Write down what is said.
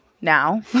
now